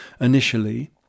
initially